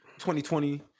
2020